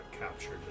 captured